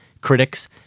critics